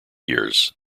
years